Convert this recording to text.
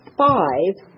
five